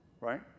right